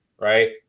right